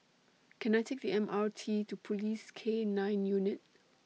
Can I Take The M R T to Police K nine Unit